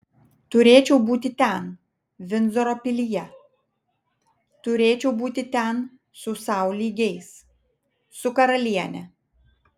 turėčiau būti ten vindzoro pilyje turėčiau būti ten su sau lygiais su karaliene